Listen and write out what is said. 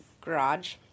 garage